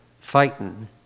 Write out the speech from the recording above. fighting